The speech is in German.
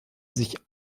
sich